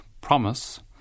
Promise